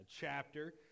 chapter